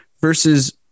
versus